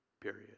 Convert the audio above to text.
Period